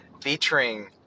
featuring